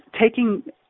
taking